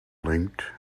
linked